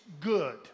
good